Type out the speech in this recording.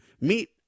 Meet